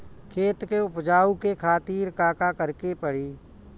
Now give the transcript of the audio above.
खेत के उपजाऊ के खातीर का का करेके परी?